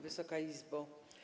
Wysoka Izbo!